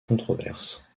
controverse